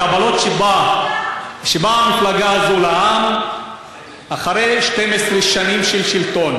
הקבלות שהביאה המפלגה הזאת לעם אחרי 12 שנים של שלטון: